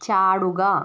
ചാടുക